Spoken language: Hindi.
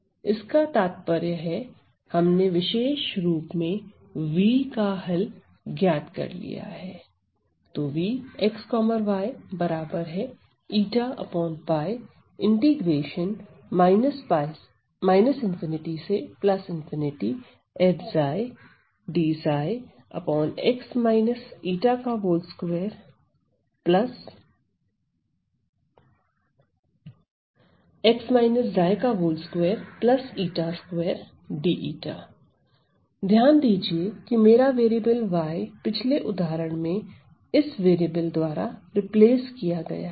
इसका तात्पर्य है हमने विशेष रूप से v का हल ज्ञात कर लिया है ध्यान दीजिए कि मेरा वेरिएबल y पिछले उदाहरण में इस वेरिएबल द्वारा रिप्लेस किया गया है